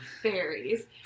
fairies